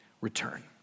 return